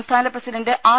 സംസ്ഥാന president R